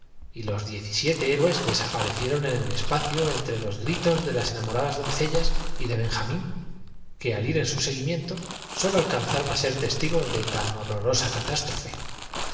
y los diez y siete héroes desaparecieron en el espacio entre los gri tos de las enamoradas doncellas y de benjamín que al ir en su seguimiento sólo alcanzaron á ser testigos de tan horrorosa catástrofe